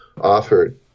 offered